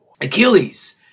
Achilles